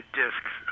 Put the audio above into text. discs